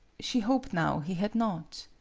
she hoped now he had not.